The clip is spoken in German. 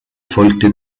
folgte